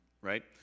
right